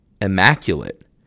immaculate